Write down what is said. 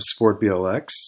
SportBLX